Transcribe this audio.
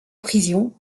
prison